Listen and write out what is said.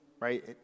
right